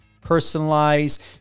personalized